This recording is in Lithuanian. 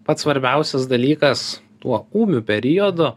pats svarbiausias dalykas tuo ūmiu periodu